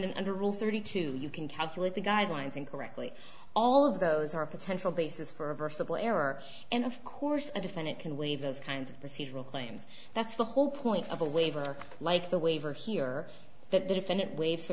defendant under rule thirty two you can calculate the guidelines incorrectly all of those are potential basis for a versatile error and of course a defendant can waive those kinds of procedural claims that's the whole point of a waiver like the waiver here that the defendant waives the